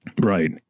Right